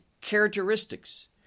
characteristics